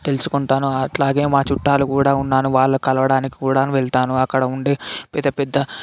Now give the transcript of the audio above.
తెలుసుకుంటాను అట్లాగే మా చుట్టాలు కూడా వున్నారు వాళ్ళు కలవడానికి కూడా వెళ్తాను అక్కడ ఉండే పెద్ద పెద్ద